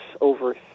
over